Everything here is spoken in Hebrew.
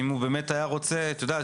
אם הוא באמת היה רוצה את יודעת,